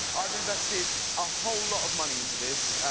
i've invested a whole lot of money into this,